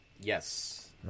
Yes